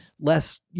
less